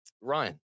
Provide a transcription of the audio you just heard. Ryan